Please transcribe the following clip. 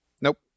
Nope